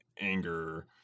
anger